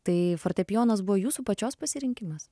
tai fortepijonas buvo jūsų pačios pasirinkimas